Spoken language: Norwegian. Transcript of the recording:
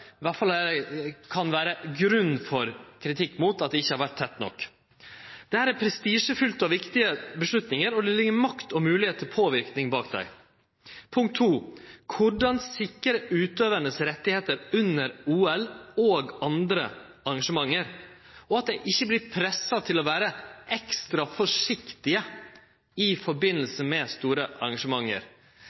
det vere grunn for kritikk. Dette er prestisjefylte og viktige avgjerder, og det ligg makt og moglegheit for påverknad bak dei. Punkt to: Korleis sikrar ein utøvarane sine rettar under OL og andre arrangement, og at dei ikkje vert pressa til å vere ekstra forsiktige i forbindelse med store